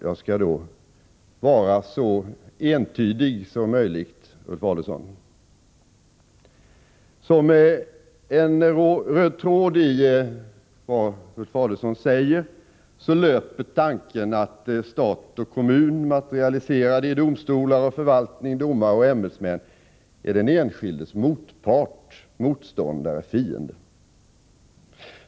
Jag skall vara så entydig som möjligt, Ulf Adelsohn. Som en röd tråd i vad Ulf Adelsohn säger löper tanken att stat och kommun, materialiserade i domstolar, förvaltning, domare och ämbetsmän, är den enskildes motpart, motståndare, fiende.